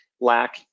lack